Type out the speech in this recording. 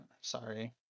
Sorry